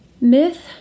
Myth